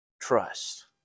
trust